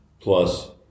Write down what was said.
plus